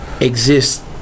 exist